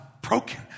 broken